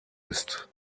ist